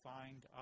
find